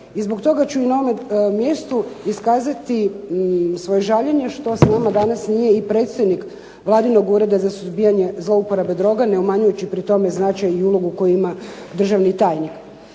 I zbog toga ću i na ovome mjestu iskazati svoje žaljenje što s nama danas nije i predstojnik Vladinog Ureda za suzbijanje zlouporabe droga, ne umanjujući pri tome značaj i ulogu koju ima državni tajnik.